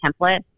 template